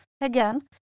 Again